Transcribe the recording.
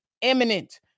imminent